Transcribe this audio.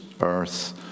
earth